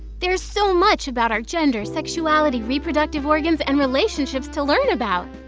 there is so much about our gender, sexuality, reproductive organs and relationships to learn about.